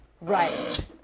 right